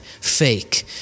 fake